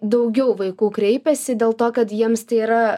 daugiau vaikų kreipiasi dėl to kad jiems tai yra